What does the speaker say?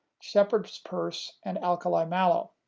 shepherd's purse and alkali mallow.